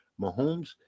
Mahomes